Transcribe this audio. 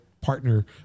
partner